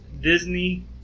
Disney